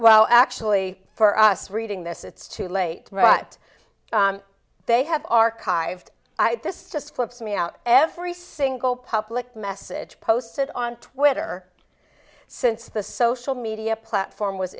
well actually for us reading this it's too late right they have archived i had this just flips me out every single public message posted on twitter since the social media platform was